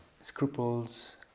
scruples